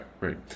right